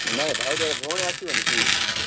ନାଇଁ ଭାଉଜର ଭଉଣୀ ଆସିବନି କି